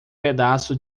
pedaço